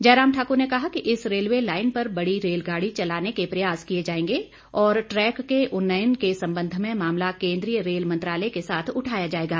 जयराम ठाक्र ने कहा कि इस रेलवे लाइन पर बड़ी रेलगाड़ी चलाने के प्रयास किए जाएंगे और ट्रैक के उन्नयन के संबंध में मामला केंद्रीय रेल मंत्रालय के साथ उठाया जाएगा